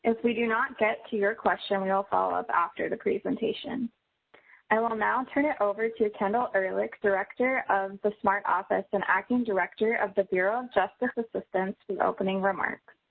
we do not get to your question, we will follow up after the presentation. i will now turn it over to kendel ehrlich, director of the smart office and acting director of the bureau of justice assistance for opening remarks.